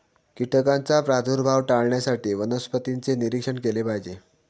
कीटकांचा प्रादुर्भाव टाळण्यासाठी वनस्पतींचे निरीक्षण केले पाहिजे